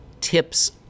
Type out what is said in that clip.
tips